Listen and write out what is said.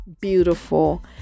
beautiful